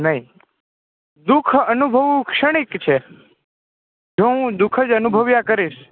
નહી દુખ અનુભવ શ્રેણિક છે જો હું દુ ખ અનુભવ્યાં કરીશ